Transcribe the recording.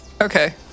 Okay